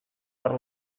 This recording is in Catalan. per